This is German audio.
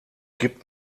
gibt